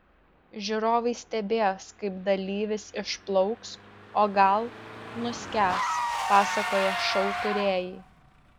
žiūrovai stebės kaip dalyvis išplauks o gal nuskęs pasakoja šou kūrėjai